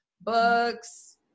books